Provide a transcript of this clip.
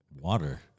water